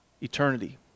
Eternity